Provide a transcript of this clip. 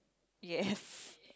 yes